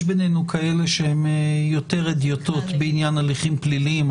יש בינינו כאלה שהם יותר הדיוטות בעניין הליכים פליליים,